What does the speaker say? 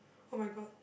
[oh]-my-god